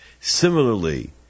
Similarly